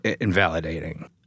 invalidating